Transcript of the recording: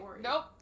Nope